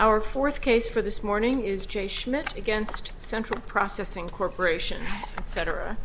our fourth case for this morning is j schmidt against central processing corporation and cetera